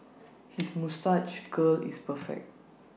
his moustache curl is perfect